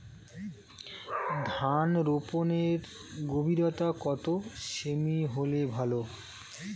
ধান রোপনের গভীরতা কত সেমি হলে ভালো?